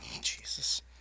Jesus